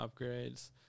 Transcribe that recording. upgrades